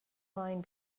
line